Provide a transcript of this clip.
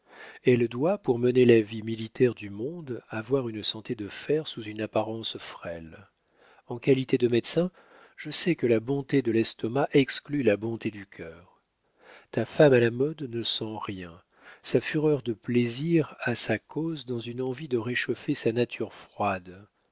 elle doit pour mener la vie militante du monde avoir une santé de fer sous une apparence frêle en qualité de médecin je sais que la bonté de l'estomac exclut la bonté du cœur ta femme à la mode ne sent rien sa fureur de plaisir a sa cause dans une envie de réchauffer sa nature froide